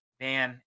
man